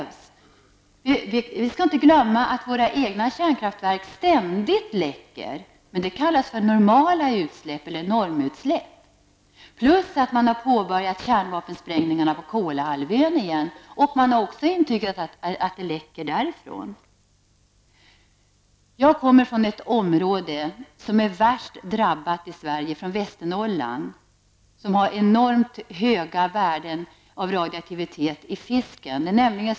Vi skall inte glömma att våra egna kärnkraftverk ständigt läcker, men detta kallas för normala utsläpp eller normutsläpp. Dessutom har kärnvapenproven återupptagits på Kolahalvön. Det antyds att det läcker även därifrån. Jag kommer från ett område som har drabbats värst i Sverige, från Västernorrland, där det finns enormt höga värden av radioaktivitet i fisken.